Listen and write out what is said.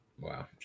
Wow